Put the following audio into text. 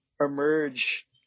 emerge